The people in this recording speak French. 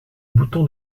bouton